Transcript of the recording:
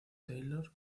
taylor